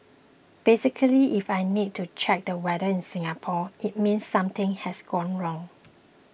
basically if I need to check the weather in Singapore it means something has gone wrong